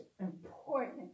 important